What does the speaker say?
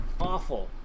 awful